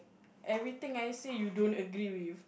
everything I say you don't agree with